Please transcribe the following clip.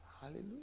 Hallelujah